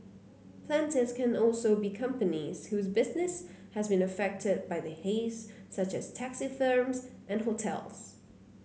plaintiffs can also be companies whose business has been affected by the haze such as taxi firms and hotels